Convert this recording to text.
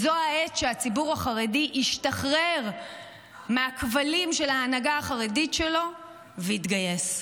זו העת שהציבור החרדי ישתחרר מהכבלים של ההנהגה החרדית שלו ויתגייס.